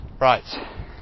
Right